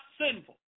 sinful